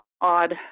odd